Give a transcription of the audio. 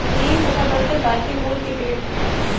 नीम तथा बरगद भारतीय मूल के पेड है